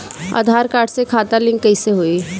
आधार card से खाता link कईसे होई?